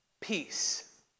peace